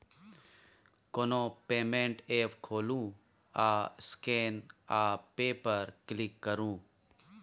कोनो payment app खोलु आ स्कैन आ पे पर क्लिक करु